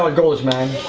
like goes man